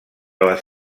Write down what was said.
les